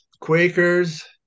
Quakers